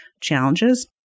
challenges